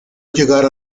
llegar